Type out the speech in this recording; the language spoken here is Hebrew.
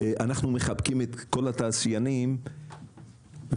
אנחנו מחבקים את כל התעשיינים ולא